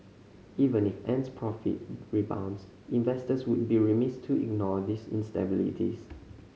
even if Ant's profit rebounds investors would be remiss to ignore these instabilities